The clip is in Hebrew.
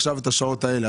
את השעות האלה.